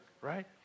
Right